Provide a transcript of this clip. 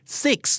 six